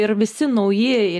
ir visi naujieji